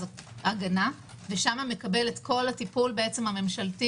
הגנה ושם מקבל את כל הטיפול הממשלתי,